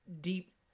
deep